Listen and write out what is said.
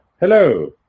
Hello